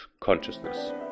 consciousness